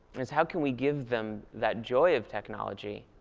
is how can we give them that joy of technology,